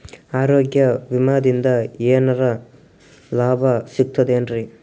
ಆರೋಗ್ಯ ವಿಮಾದಿಂದ ಏನರ್ ಲಾಭ ಸಿಗತದೇನ್ರಿ?